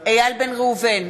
איל בן ראובן,